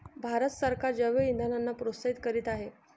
भारत सरकार जैवइंधनांना प्रोत्साहित करीत आहे